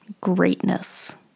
greatness